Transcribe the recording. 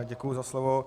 Děkuji za slovo.